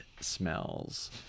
smells